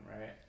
right